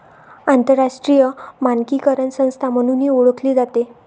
आंतरराष्ट्रीय मानकीकरण संस्था म्हणूनही ओळखली जाते